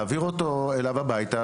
להעביר אותו אליו הביתה,